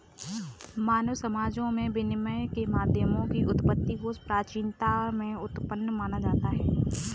मानव समाजों में विनिमय के माध्यमों की उत्पत्ति को प्राचीनता में उत्पन्न माना जाता है